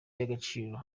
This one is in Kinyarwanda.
y’agaciro